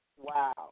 Wow